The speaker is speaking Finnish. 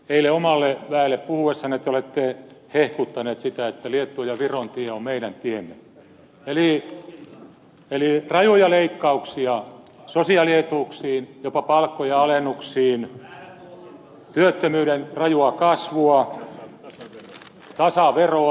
eilen omalle väelle puhuessanne te olette hehkuttanut sitä että liettuan ja viron tie on meidän tiemme eli rajuja leikkauksia sosiaalietuuksiin jopa palkkojen alennuksia työttömyyden rajua kasvua tasaveroa